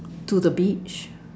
to the beach